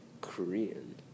Korean